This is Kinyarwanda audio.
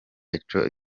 ico